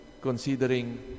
considering